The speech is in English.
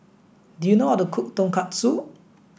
do you know how to cook Tonkatsu